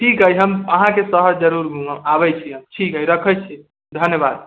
ठीक है हम अहाँके शहर जरूर घुमब आबै छी हम ठीक है रखै छी धन्यवाद